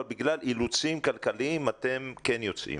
בגלל אילוצים כלכליים אתם כן יוצאים